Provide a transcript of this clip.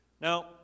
now